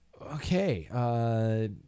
Okay